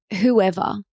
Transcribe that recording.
whoever